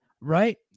right